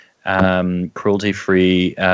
Cruelty-free